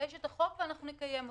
יש את החוק ואנחנו נקיים אותו.